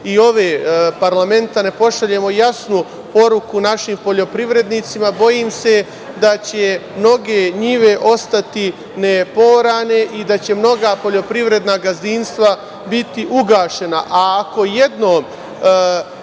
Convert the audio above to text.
i ovog parlamenta ne pošaljemo jasnu poruku našim poljoprivrednicima, bojim se da će mnoge njive ostati ne poorane i da će mnoga poljoprivredna gazdinstva biti ugašena. Ako